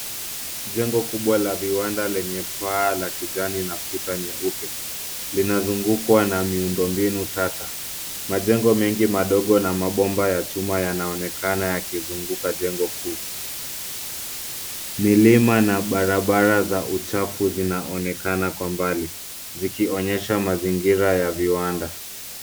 Jengo kubwa la viwanda lenye paa la kijani na kuta nyeupe linazungukwa na miundo mbinu tata. Majengo mengi madogo na mabomba ya chuma yanaonekana yakizunguka jengo huu. Milima na barabara za uchafu zinaonekana kwa mbali zikionyesha mazingira ya viwanda.